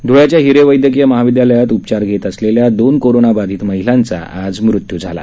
ध्ळ्याच्या हिरे वैद्यकीय महाविद्यालयात उपचार घेत असलेल्या दोन कोरोनाबाधित महिलांचा आज मृत्यू झाला